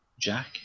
Jack